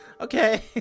Okay